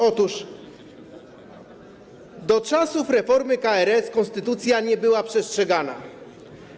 Otóż: „Do czasów reformy KRS konstytucja nie była przestrzegana.